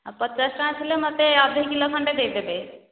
ଆଉ ପଚାଶ ଟଙ୍କା ଥିଲେ ମୋତେ ଅଧେ କିଲୋ ଖଣ୍ଡେ ଦେଇଦେବେ